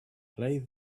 play